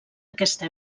aquesta